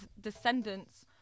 descendants